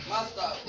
Master